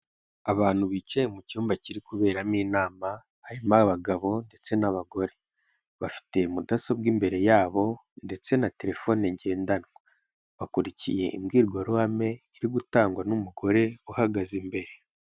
Abantu bicaye mu cyumba kiri kuberamo inama, harimo abagabo, ndetse n'abagore, bafite mudasobwa imbere yabo, ndetse na telefone ngendanwa, bakurikiye imbwirwaruhame iri gutangwa n'umugore uhagaze imbere.